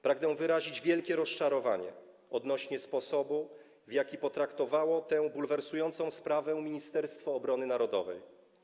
Pragnę wyrazić wielkie rozczarowanie odnośnie do sposobu, w jaki potraktowało tę bulwersującą sprawę Ministerstwo Obrony Narodowej.